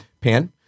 pan